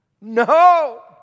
No